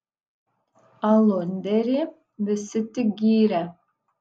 alunderį visi tik gyrė